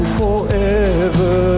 forever